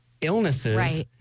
illnesses